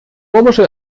ohrmuschel